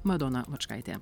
madona lučkaitė